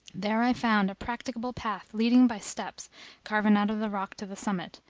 there i found a practicable path leading by steps carven out of the rock to the summit,